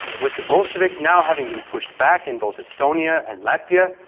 with the bolsheviks now having been pushed back in both estonia and latvia,